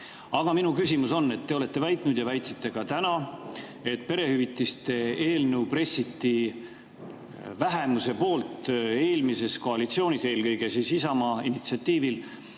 Minu küsimus on järgmine. Te olete väitnud ja väitsite ka täna, et perehüvitiste eelnõu pressiti vähemuse poolt välja eelmises koalitsioonis eelkõige Isamaa initsiatiivil.